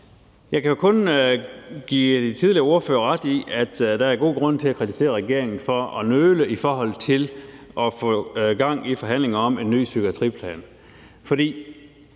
Jeg kan kun give de tidligere ordførere ret i, at der er god grund til at kritisere regeringen for at nøle i forhold til at få gang i forhandlinger om en ny psykiatriplan. For